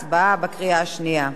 הצבעה בקריאה שנייה.